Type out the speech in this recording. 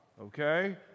Okay